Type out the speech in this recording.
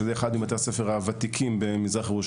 שזה אחד מבתי הספר הוותיקים והגדולים